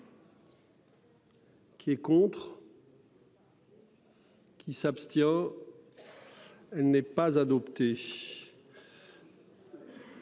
Qui est contre. Qui s'abstient. Elle n'est pas adopté.